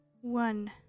One